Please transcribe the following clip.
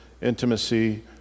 intimacy